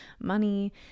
money